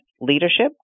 leadership